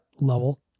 level